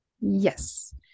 Yes